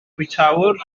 bwytäwr